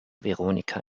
veronika